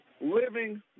living